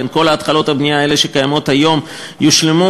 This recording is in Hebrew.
כשכל התחלות הבנייה האלה שקיימות היום יושלמו,